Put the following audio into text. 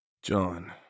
John